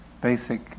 basic